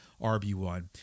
RB1